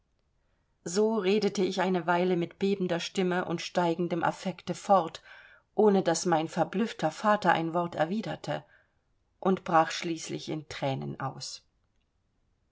so redete ich eine weile mit bebender stimme und steigendem affekte fort ohne daß mein verblüffter vater ein wort erwiderte und brach schließlich in thränen aus